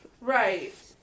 Right